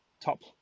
top